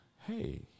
hey